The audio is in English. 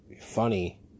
funny